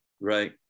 Right